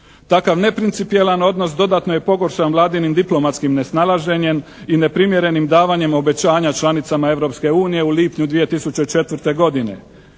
Takav neprincipijelan odnos dodatno je pogoršan dodatnim Vladinim diplomatskim nesnalaženjem i neprimjerenim davanjem obećanja članicama Europske unije u lipnju 2004. godine.